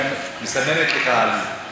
מסמנת לך, עליזה.